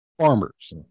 farmers